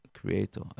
Creator